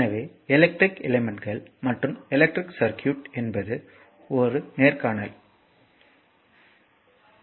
எனவே எலக்ட்ரிக் எலிமெண்ட்கள் மற்றும் எலக்ட்ரிக் சர்க்யூட் என்பது ஒரு நேர்காணல் தேவை